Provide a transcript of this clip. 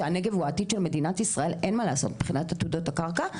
שהנגב הוא עתיד של מדינת ישראל אין מה לעשות מבחינת עתודות הקרקע,